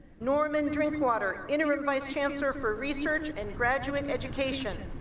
norman drinkwater, interim vice chancellor for research and graduate education